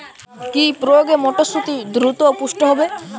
কি প্রয়োগে মটরসুটি দ্রুত পুষ্ট হবে?